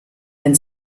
wenn